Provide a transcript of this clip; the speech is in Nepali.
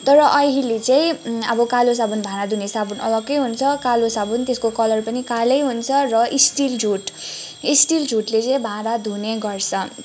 तर अहिले चाहिँ अब कालो साबुन भाँडा धुने साबुन अलग्गै हुन्छ कालो साबुन त्यसको कलर पनि कालै हुन्छ र स्टिल झुट स्टिल झुटले चाहिँ भाँडा धुने गर्छ